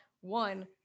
one